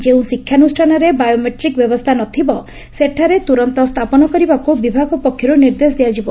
ଯେଉଁ ଶିକ୍ଷାନୁଷାନରେ ବାୟୋମେଟିକ୍ ବ୍ୟବସ୍କା ନଥିବ ସେଠାରେ ତୁରନ୍ତ ସ୍ଥାପନ କରିବାକୁ ବିଭାଗ ପକ୍ଷରୁ ନିର୍ଦ୍ଦେଶ ଦିଆଯିବ